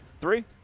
three